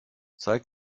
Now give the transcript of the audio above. zeig